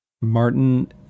Martin